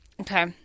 Okay